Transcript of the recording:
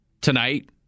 tonight